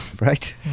right